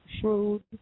shrewd